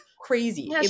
crazy